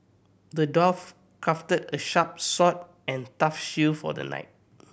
the dwarf crafted a sharp sword and tough shield for the knight